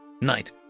Night